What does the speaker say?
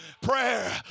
Prayer